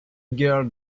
girl